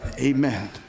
Amen